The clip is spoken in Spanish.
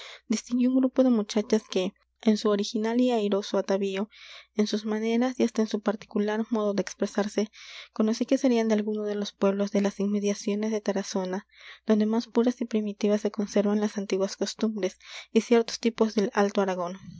distinguí un grupo de muchachas que en su original y airoso atavío en sus maneras y hasta en su particular modo de expresarse conocí que serían de alguno de los pueblos de las inmediaciones de tarazona donde más puras y primitivas se conservan las antiguas costumbres y ciertos tipos del alto aragón